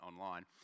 online